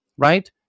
Right